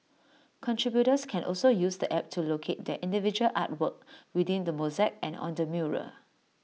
contributors can also use the app to locate their individual artwork within the mosaic and on the mural